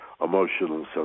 emotional